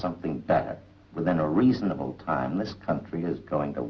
something back within a reasonable time this country is going to